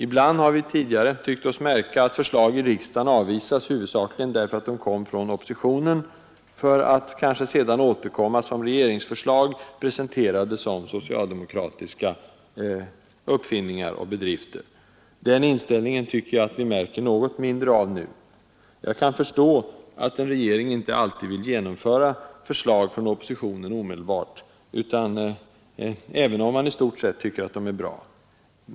Ibland har vi tidigare tyckt oss märka att förslag i riksdagen har avvisats huvudsakligen därför att de kom från oppositionen — för att kanske sedan återkomma som regeringsförslag, presenterade som socialdemokratiska uppfinningar och bedrifter. Den inställningen tycker jag vi möter något mindre av nu. Jag kan förstå att en regering inte alltid vill genomföra förslag från oppositionen omedelbart, även om man i stort sett tycker att de är bra.